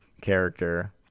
character